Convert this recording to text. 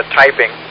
typing